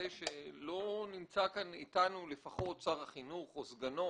שלא נמצא אתנו לפחות שר החינוך או סגנו.